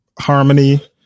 harmony